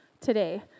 today